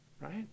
right